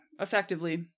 effectively